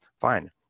Fine